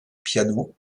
pianos